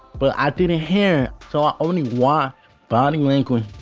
but i didn't hear so i only watched body language.